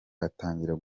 atangira